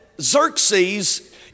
Xerxes